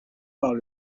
part